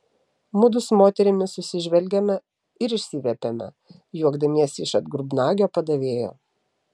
mudu su moterimi susižvelgėme ir išsiviepėme juokdamiesi iš atgrubnagio padavėjo